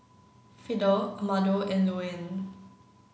Fidel Amado and Luanne